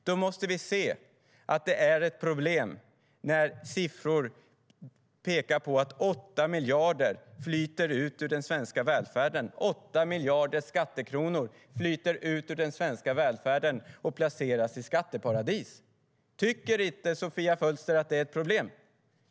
Då måste vi se att det är ett problem när siffror pekar på att 8 miljarder flyter ut ur den svenska välfärden och placeras i skatteparadis. Tycker inte Sofia Fölster att det är ett problem?